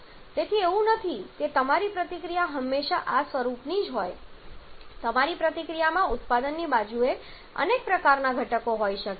તેથી એવું નથી કે તમારી પ્રતિક્રિયા હંમેશા આ સ્વરૂપની જ હોય છે તમારી પ્રતિક્રિયામાં ઉત્પાદનની બાજુએ અનેક પ્રકારના ઘટકો હોઈ શકે છે